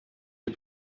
die